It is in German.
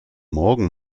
morgen